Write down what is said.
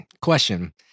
question